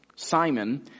Simon